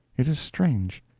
it is strange.